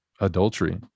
adultery